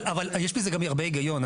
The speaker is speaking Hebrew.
אבל, יש בזה גם הרבה היגיון.